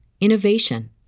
innovation